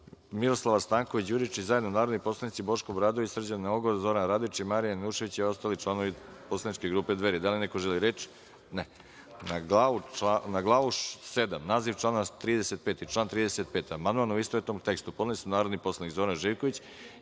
Miroslava Stanković Đuričić, i zajedno narodni poslanici Boško Obradović, Srđan Nogo, Zoran Radojičić, Marija Janjušević i ostali članovi Poslaničke grupe Dveri. Da li neko želi reč? (Ne)Na Glavu VII, naziv člana 35. i član 35. amandman, u istovetnom tekstu, podneli su narodni poslanik Zoran Živković,